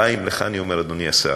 חיים, לך אני אומר, אדוני השר,